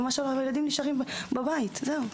הילדים נשארים בבית, וזהו.